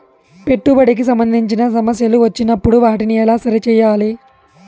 పెట్టుబడికి సంబంధించిన సమస్యలు వచ్చినప్పుడు వాటిని ఎలా సరి చేయాలి?